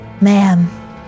ma'am